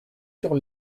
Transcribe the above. sur